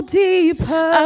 deeper